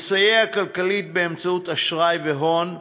לסייע כלכלית באמצעות אשראי והון,